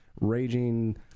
raging